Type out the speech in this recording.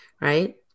right